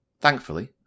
thankfully